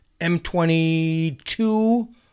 m22